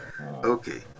okay